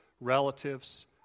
relatives